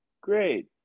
Great